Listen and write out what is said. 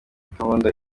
gahunda